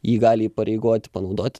jį gali įpareigoti panaudoti